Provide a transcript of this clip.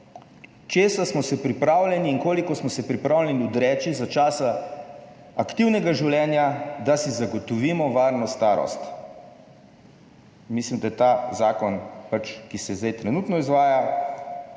česa smo se pripravljeni in koliko smo se pripravljeni odreči za časa aktivnega življenja, da si zagotovimo varno starost. Mislim, da je ta zakon, ki se zdaj trenutno izvaja